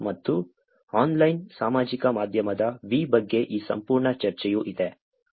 ಮತ್ತು ಆನ್ಲೈನ್ ಸಾಮಾಜಿಕ ಮಾಧ್ಯಮದ V ಬಗ್ಗೆ ಈ ಸಂಪೂರ್ಣ ಚರ್ಚೆಯೂ ಇದೆ